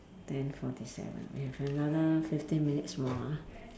ten forty seven we have another fifteen minutes more ah